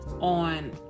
on